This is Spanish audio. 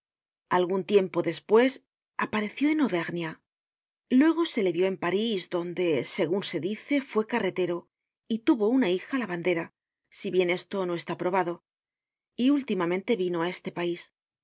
algun tiempo despues apareció en auvernia luego se le vió en parís donde segun se dice fue carretero y tuvo una hija lavandera si bien esto no está probado y últimamente vino á este pais